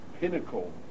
pinnacle